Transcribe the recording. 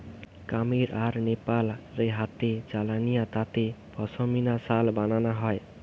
কামীর আর নেপাল রে হাতে চালানিয়া তাঁতে পশমিনা শাল বানানা হয়